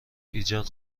ایجاد